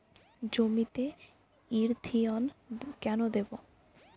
জমিতে ইরথিয়ন কেন দেবো?